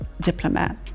diplomat